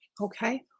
okay